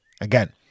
Again